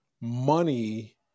money